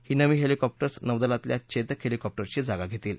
ही नवी हेलिकॉप्टर्स नौदलातल्या चैतक हेलिकॉप्टर्सची जागा घेतील